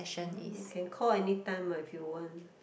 hmm you can call any time uh what if you want